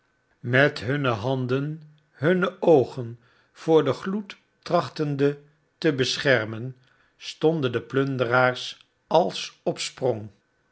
met hunne handen hunne oogen voor den gloed trachtende te beschermen stonden de plunderaars als op sprong